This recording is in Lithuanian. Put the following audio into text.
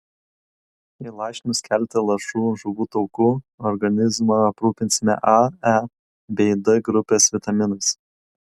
įlašinus keletą lašų žuvų taukų organizmą aprūpinsite a e bei d grupės vitaminais